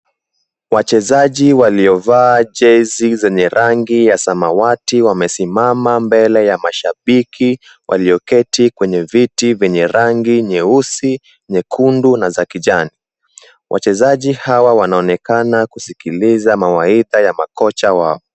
Wachezaji walio vaa jezi zenye rangi ya samawati wamesimama mbele ya mashabiki walioketi kwenye viti vyenye rangi nyeusi, nyekundu na za kijani. Wachezaji hawa wanaonekana kusikiliza mawaidha ya makocha wao.